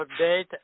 update